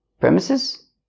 Premises